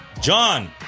John